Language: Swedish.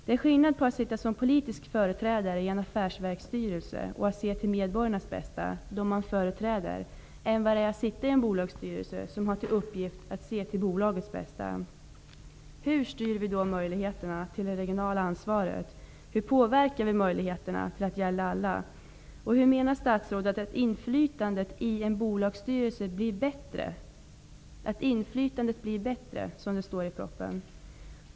Det är skillnad mellan att sitta som politisk företrädare i en affärsverksstyrelse och se till medborgarnas bästa och att sitta i en bolagsstyrelse som har till uppgift att se till bolagets bästa. Hur styr vi då möjligheten till regionalt ansvar? Hur påverkar vi så att möjligheterna gäller alla? Menar statsrådet att inflytandet i en bolagsstyrelse blir bättre, som det står i propositionen?